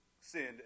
sinned